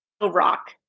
rock